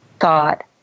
thought